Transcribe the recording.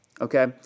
okay